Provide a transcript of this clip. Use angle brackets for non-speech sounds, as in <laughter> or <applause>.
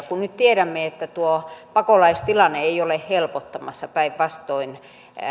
<unintelligible> kun nyt tiedämme että tuo pakolaistilanne ei ole helpottamassa päinvastoin